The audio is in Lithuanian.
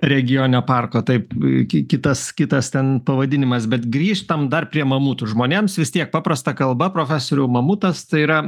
regioninio parko taip iki kitas kitas ten pavadinimas bet grįžtam dar prie mamutų žmonėms vis tiek paprasta kalba profesoriau mamutas tai yra